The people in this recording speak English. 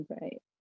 right